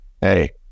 hey